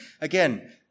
Again